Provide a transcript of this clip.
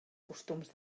costums